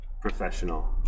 professional